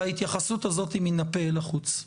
ההתייחסות הזאת היא מן הפה אל החוץ.